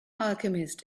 alchemist